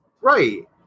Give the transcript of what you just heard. Right